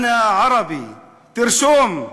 אנא ערבי, תרשום,